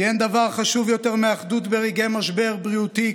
כי אין דבר חשוב יותר מאחדות ברגעי משבר בריאותי,